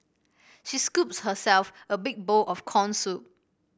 she scooped herself a big bowl of corn soup